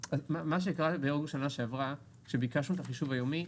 בעצם בשנה שעברה ביקשנו את החישוב היומי.